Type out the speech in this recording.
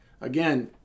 Again